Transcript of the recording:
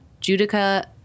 Judica